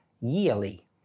yearly